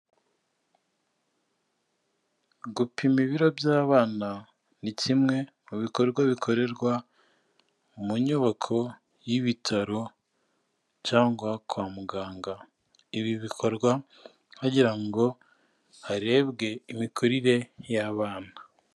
Gupima ibiro by'abana ni kimwe mu bikorwa bikorerwa mu nyubako y'ibitaro cyangwa kwa muganga, ibi bikorwa bagira ngo harebwe imikurire y'abana.